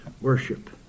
worship